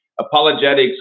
Apologetics